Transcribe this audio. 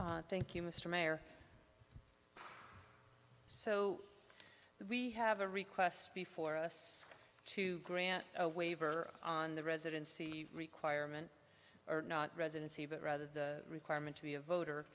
show thank you mr mayor so we have a request before us to grant a waiver on the residency requirement or not residency but rather the requirement to be a voter